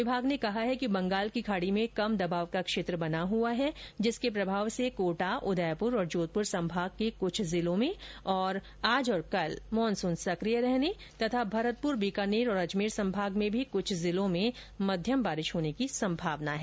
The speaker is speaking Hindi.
विभाग ने कहा है कि बंगाल की खाड़ी में कम दबाव का क्षेत्र बना हुआ है जिसके प्रभाव से कोटा उदयपुर और जोधपुर संभाग के कुछ जिलों में आज और कल मानसून सकिय रहने तथा भरतपुर बीकानेर और अजमेर संभाग में भी कुछ जिलों में भी मध्यम बारिश होने की संभावना है